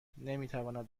نمیتواند